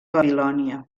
babilònia